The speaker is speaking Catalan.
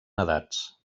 edats